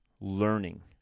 learning